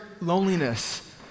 loneliness